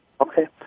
Okay